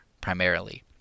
primarily